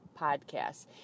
podcasts